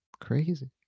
crazy